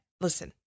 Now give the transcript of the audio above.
listen